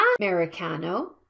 americano